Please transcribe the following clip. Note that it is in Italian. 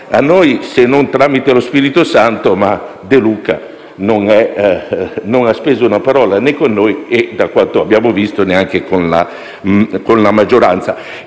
Luca - se non tramite lo Spirito santo - non ha speso una parola né con noi e, da quanto abbiamo visto, neanche con la maggioranza.